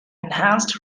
enhanced